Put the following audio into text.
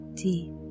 deep